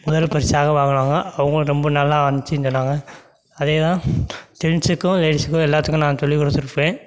முதல் பரிசாக வாங்கினாங்க அவங்களும் ரொம்ப நல்லா ஆடினுச்சுன்னு சொன்னாங்க அதேதான் ஜென்ஸுக்கும் லேடிஸுக்கும் எல்லாத்துக்கும் நான் சொல்லிக் கொடுத்துருப்பேன்